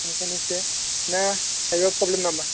ओंखायनो एसे दा माइबा प्रब्लेम नामा